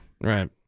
Right